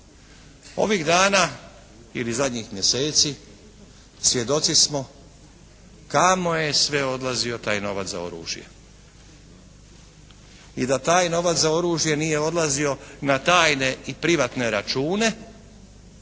Ovih dana ili zadnjih mjeseci svjedoci smo kamo je sve odlazio taj novac za oružje i da taj novac za oružje nije odlazio na tajne i privatne račune